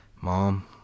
mom